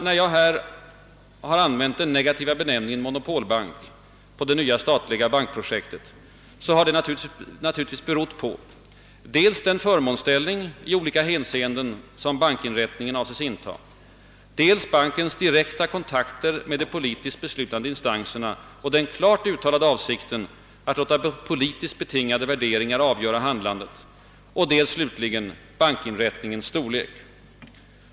När jag här använt den negativa benämningen »monopolbank» på det nya statliga bankprojektet har det naturligtvis berott på dels den förmånsställning i olika hänseenden som bankinrättningen avses inta, dels bankens direkta kontakter med de politiska beslutande instanserna och den klart uttalade avsikten att låta politiskt betingade värderingar avgöra handlandet, dels slutligen bankinrättningens storlek.